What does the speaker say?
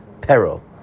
peril